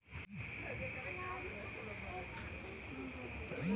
कोई व्यक्ति के भुगतान करे क सबसे अच्छा आउर सुरक्षित तरीका चेक हउवे